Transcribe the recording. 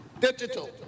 digital